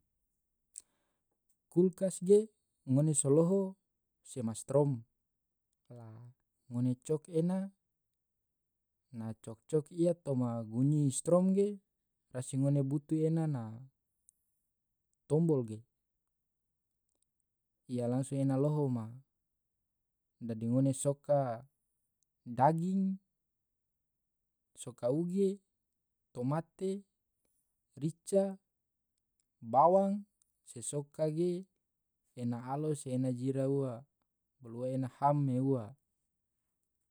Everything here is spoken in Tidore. kulkas ge ngone se loho sema strom la ngone cok ena na cok cok ia toma gunyihi strom ge rasi ngone butu ena na tombol ge. iya langsung ena loho ma dadi ngone soka daging soka uge. tomate. rica. bawang se soka ge ena alo se ena jira ua bolo ua ena ham me ua.